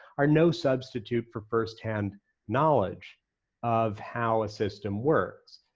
are no substitute for firsthand knowledge of how a system works.